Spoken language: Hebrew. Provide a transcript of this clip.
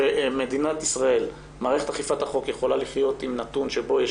שבמדינת ישראל מערכת אכיפת החוק יכולה להיות עם נתון שבו יש